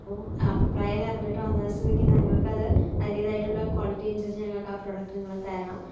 അപ്പം അഭിപ്രായമൊക്കെ അറിഞ്ഞിട്ട് വന്ന സ്ഥിതിക്ക് ഞങ്ങൾക്കത് അതിൻ്റെതായിട്ടുള്ള ക്വാളിറ്റി അനുസരിച്ച് ഞങ്ങൾക്കാ പ്രോഡക്റ്റ് നിങ്ങൾ തരണം